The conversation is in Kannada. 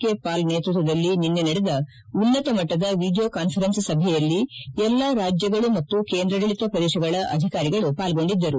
ಕೆ ಪಾಲ್ ನೇತ್ಯತ್ವದಲ್ಲಿ ನಿನ್ನೆ ನಡೆದ ಉನ್ನತ ಮಟ್ಟದ ವಿಡಿಯೋ ಕಾಸ್ಫರೆನ್ಸ್ ಸಭೆಯಲ್ಲಿ ಎಲ್ಲ ರಾಜ್ಜಗಳು ಮತ್ತು ಕೇಂದ್ರಾಡಳಿತ ಪ್ರದೇಶಗಳ ಅಧಿಕಾರಿಗಳು ಪಾಲ್ಗೊಂಡಿದ್ದರು